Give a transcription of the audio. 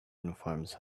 uniforms